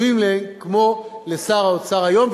לאנשי המילואים היו חשובים להם כמו לשר האוצר היום,